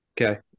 Okay